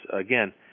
again